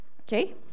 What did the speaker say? Okay